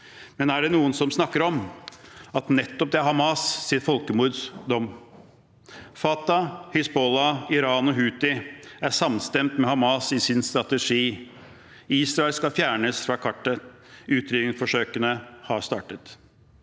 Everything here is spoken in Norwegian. men er det noen som snakker om nettopp Hamas’ folkemords dom? ------------ Fatah, Hizbollah, Iran og Houthi er samstemt med Hamas i sin strategi. Israel skal fjernes fra kartet, utryddingsforsøkene har startet.